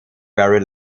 very